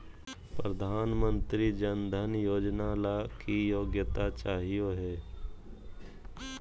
प्रधानमंत्री जन धन योजना ला की योग्यता चाहियो हे?